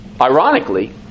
ironically